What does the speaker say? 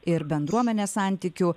ir bendruomenės santykių